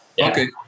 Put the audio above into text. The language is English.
Okay